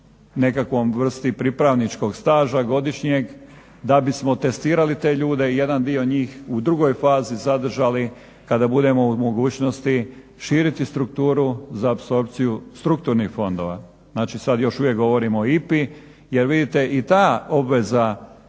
nekakvoj vrsti pripravničkog staža, godišnjeg da bismo testirali te ljude i jedan dio njih u drugoj fazi zadržali, kada budemo u mogućnosti širiti strukturu za apsorpciju strukturnih fondova. Znači sad još uvijek govorimo o IPA. Jer vidite i ta obveza